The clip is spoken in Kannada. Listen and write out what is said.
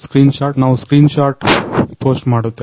ಸ್ಕ್ರೀನ್ ಶಾಟ್ ನಾವು ಸ್ಕ್ರೀನ್ ಶಾಟ್ ಪೊಸ್ಟ್ ಮಾಡುತ್ತೇವೆ